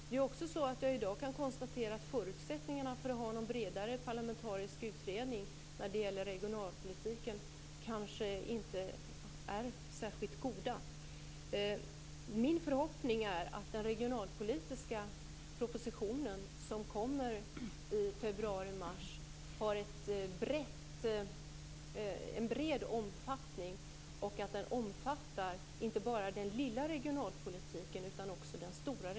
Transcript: Jag kan i dag konstatera att förutsättningarna för en bredare parlamentarisk utredning när det gäller regionalpolitiken kanske inte är särskilt goda. Min förhoppning är att den regionalpolitiska propositionen, som kommer i februari eller mars, skall ha en bredd och omfatta inte bara den lilla regionalpolitiken utan också den stora.